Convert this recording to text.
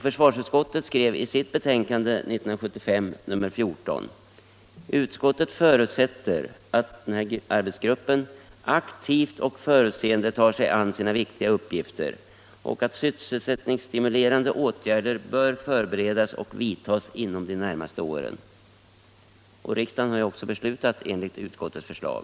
Försvarsutskottet skrev i sitt betänkande 1975:14, att man förutsatte att den nämnda arbetsgruppen aktivt och förutseende tar sig an sina viktiga uppgifter och att sysselsättningsstimulerande åtgärder förbereds och vidtas inom de närmaste åren. Riksdagen har också beslutat enligt utskottets förslag.